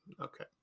Okay